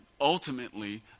ultimately